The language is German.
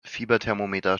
fieberthermometer